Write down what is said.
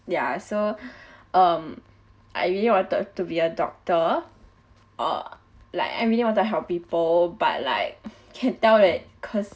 ya so um I really wanted to be a doctor uh like I really want to help people but like can tell that cause